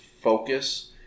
focus